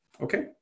Okay